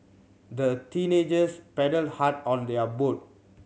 the teenagers paddled hard on their boat